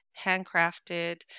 handcrafted